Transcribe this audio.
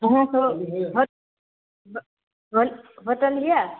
अहाँके होटल अहि